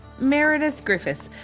meredith griffiths.